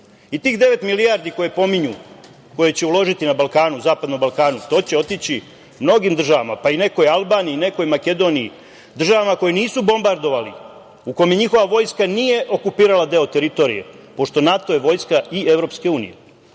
devet milijardi koje pominju, koje će uložiti na Balkanu, zapadnom Balkanu, to će otići mnogim državama, pa i nekoj Albaniji, nekoj Makedoniji, državama koje nisu bombardovali, u kojima njihova vojska nije okupirala deo teritorije, pošto NATO je vojska i EU,